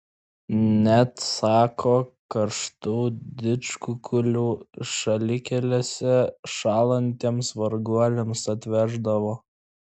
net sako karštų didžkukulių šalikelėse šąlantiems varguoliams atveždavo